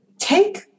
Take